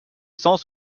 cent